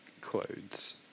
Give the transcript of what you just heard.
clothes